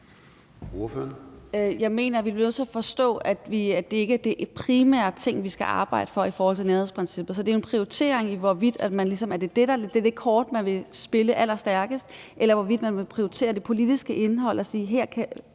Jeg mener, vi bliver nødt til at forstå, at det ikke er den primære ting, vi skal arbejde for i forhold til nærhedsprincippet. Så det er jo en prioritering, hvorvidt det ligesom er det kort, man vil spille allerstærkest, eller hvorvidt man vil prioritere det politiske indhold og sige,